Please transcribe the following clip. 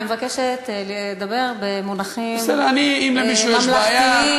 אני מבקשת לדבר במונחים ממלכתיים,